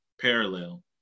parallel